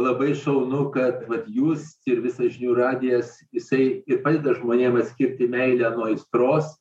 labai šaunu kad vat jūs ir visą žinių radijas jisai ir padeda žmonėm atskirti meilę nuo aistros